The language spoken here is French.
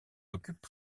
occupe